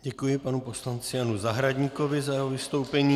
Děkuji panu poslanci Janu Zahradníkovi za jeho vystoupení.